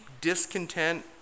discontent